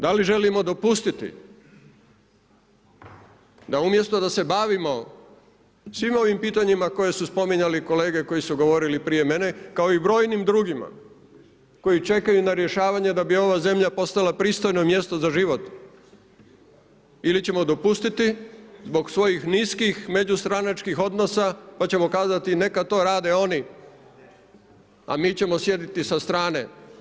Da li želimo dopustiti da umjesto da se bavimo svim ovim pitanjima koje su spominjali kolege koji su govorili prije mene, kao i brojnim drugima koji čekaju na rješavanje da bi ova zemlja postala pristojno mjesto za život ili ćemo dopustiti zbog svojih niskih međustranačkih odnosa pa ćemo kazati neka to rade oni, a mi ćemo sjediti sa strane.